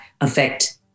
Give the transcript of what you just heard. effect